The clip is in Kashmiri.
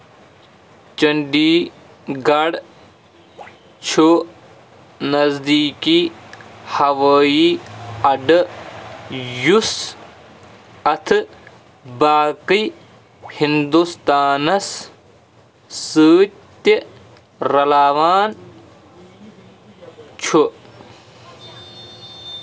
چٔنٛدی گَڑھ چھُ نزدیٖکی ہَوٲیی اَڈٕ، یُس اَتھہٕ باقٕے ہِنٛدوستانس سۭتۍ تہِ رَلاوان چھُ